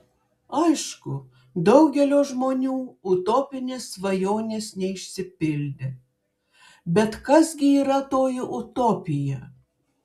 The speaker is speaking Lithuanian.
aišku daugelio žmonių utopinės svajonės neišsipildė bet kas gi yra toji utopija